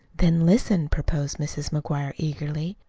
then listen, proposed mrs. mcguire eagerly.